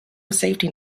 safety